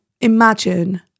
imagine